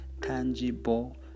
tangible